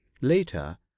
later